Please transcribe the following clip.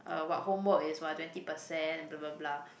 uh what homework is what twenty percent blah blah blah